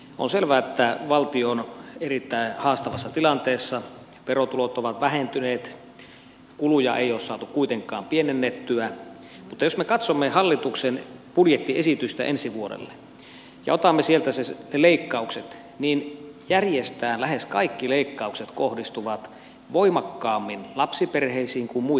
on selvää että valtio on erittäin haastavassa tilanteessa verotulot ovat vähentyneet kuluja ei ole saatu kuitenkaan pienennettyä mutta jos me katsomme hallituksen budjettiesitystä ensi vuodelle ja otamme sieltä ne leikkaukset niin järjestään lähes kaikki leikkaukset kohdistuvat voimakkaammin lapsiperheisiin kuin muihin talouksiin